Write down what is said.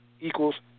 equals